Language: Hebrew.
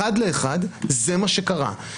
אחד לאחד זה מה שקרה.